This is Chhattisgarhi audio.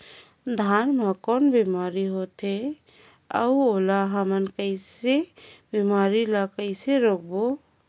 धान मा कौन बीमारी होथे अउ ओला हमन कइसे बीमारी ला कइसे रोकबो?